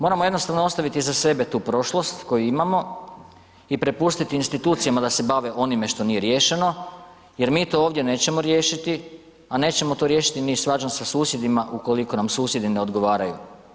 Moramo jednostavno ostaviti iza sebe tu prošlost koju imamo i prepustiti institucijama da se bave onime što nije riješeno jer mi to ovdje nećemo riješiti, a nećemo to riješiti ni svađom sa susjedima ukoliko nam susjedi ne odgovaraju.